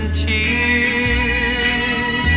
tears